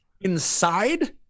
Inside